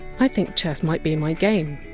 i think chess might be my game.